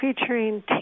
featuring